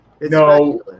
no